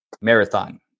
marathon